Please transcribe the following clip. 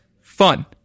fun